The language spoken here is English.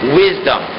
wisdom